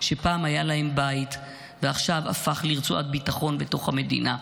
שפעם היה להם בית ועכשיו הפך לרצועת ביטחון בתוך המדינה.